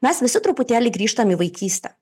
mes visi truputėlį grįžtam į vaikystę